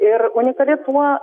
ir unikali tuo